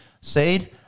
seed